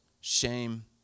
shame